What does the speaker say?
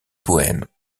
poèmes